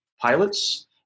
pilots